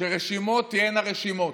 שרשימות תהיינה רשימות.